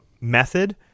method